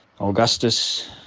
Augustus